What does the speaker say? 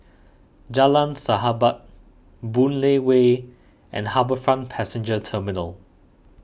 Jalan Sahabat Boon Lay Way and HarbourFront Passenger Terminal